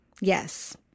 Yes